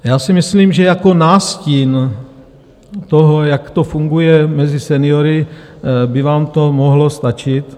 Já si myslím, že jako nástin toho, jak to funguje mezi seniory, by vám to mohlo stačit.